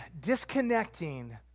disconnecting